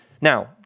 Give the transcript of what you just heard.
Now